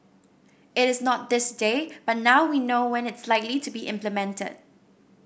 it is not this day but now we know when it's likely to be implemented